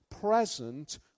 present